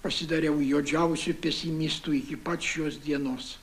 pasidariau juodžiausiu pesimistu iki pat šios dienos